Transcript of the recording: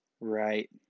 Right